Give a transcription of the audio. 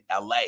LA